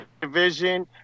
division